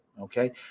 okay